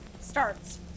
starts